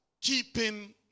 Keeping